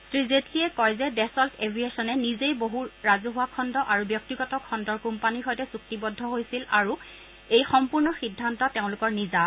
শ্ৰী জেটলীয়ে কয় যে ডেচল্ট এভিয়েশ্যনে নিজেই বহু ৰাজহুৱা খণ্ড আৰু ব্যক্তিগত খণ্ডৰ কোম্পানীৰ সৈতে চুক্তিবদ্ধ হৈছিল আৰু এই সম্পূৰ্ণ সিদ্ধান্ত তেওঁলোকৰ নিজা